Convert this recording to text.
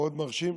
מאוד מרשים,